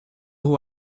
who